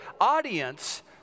audience